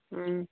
ꯎꯝ